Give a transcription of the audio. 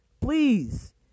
Please